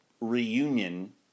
reunion